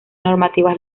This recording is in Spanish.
normativas